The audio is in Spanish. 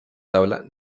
tabla